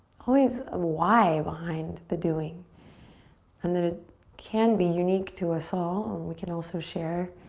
always a why behind the doing and that it can be unique to us all and we can also share